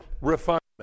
refinement